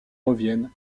reviennent